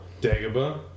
Dagobah